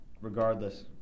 regardless